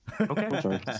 okay